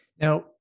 Now